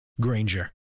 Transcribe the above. Granger